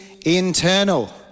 internal